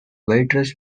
waitress